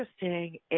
interesting